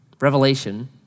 Revelation